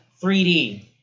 3D